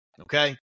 okay